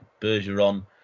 bergeron